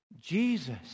Jesus